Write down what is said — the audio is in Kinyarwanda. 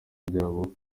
byabo